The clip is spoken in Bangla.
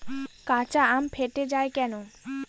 কাঁচা আম ফেটে য়ায় কেন?